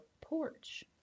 porch